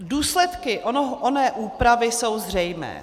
Důsledky oné úpravy jsou zřejmé.